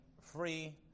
free